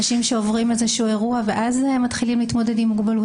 אנשים שעוברים איזשהו אירוע ואז מתחילים להתמודד עם מוגבלות,